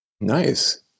nice